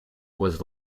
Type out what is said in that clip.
was